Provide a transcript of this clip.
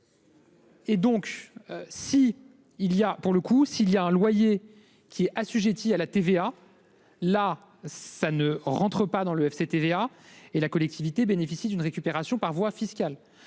tiers. S'il y a un loyer qui est assujetti à la TVA, cela n'entre pas dans le FCTVA, mais la collectivité bénéficie d'une récupération par voie fiscale.